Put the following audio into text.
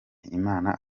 imana